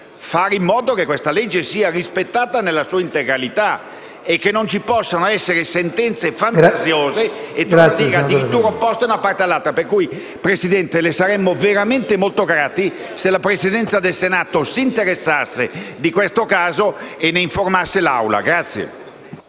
fare in modo che essa sia rispettata nella sua integralità e non ci possano essere sentenze fantasiose o addirittura opposte. Pertanto, signor Presidente, le saremmo veramente molto grati se la Presidenza del Senato si interessasse di questo caso e ne informasse l'Assemblea.